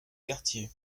quartier